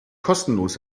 kostenlos